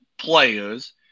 players